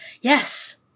Yes